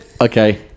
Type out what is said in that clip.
Okay